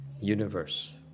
universe